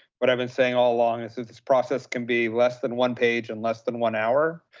what i've been saying all along is that this process can be less than one page and less than one hour,